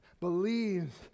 believes